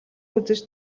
үзэж